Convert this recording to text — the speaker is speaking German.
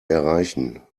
erreichen